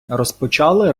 розпочали